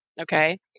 Okay